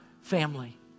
family